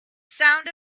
sound